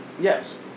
Yes